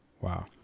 Wow